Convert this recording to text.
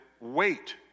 wait